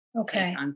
Okay